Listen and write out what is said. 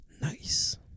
nice